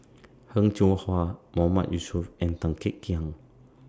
Heng Cheng Hwa Mahmood Yusof and Tan Kek Hiang